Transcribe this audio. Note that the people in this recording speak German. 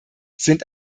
sind